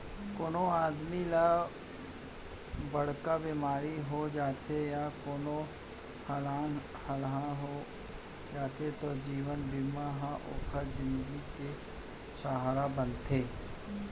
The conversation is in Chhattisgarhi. कोनों आदमी ल बड़का बेमारी हो जाथे या कोनों अलहन हो जाथे त जीवन बीमा ह ओकर जिनगी के सहारा बनथे